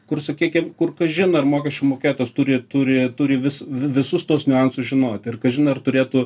kur sakykim kur kažin ar mokesčių mokėtojas turi turi turi vis visus tuos niuansus žinoti ir kažin ar turėtų